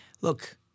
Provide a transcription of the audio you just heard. Look